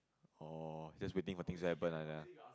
orh just waiting for things to happen like that lah